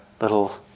little